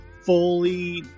fully